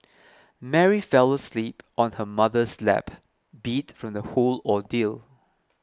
Mary fell asleep on her mother's lap beat from the whole ordeal